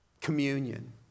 communion